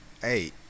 Hey